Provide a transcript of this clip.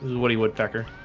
woody woodpecker?